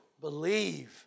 Believe